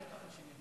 בטח אשמים.